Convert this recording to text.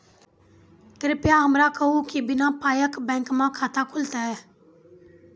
कृपया हमरा कहू कि बिना पायक बैंक मे खाता खुलतै?